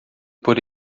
por